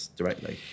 directly